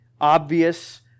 obvious